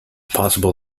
possible